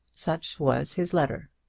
such was his letter.